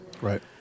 Right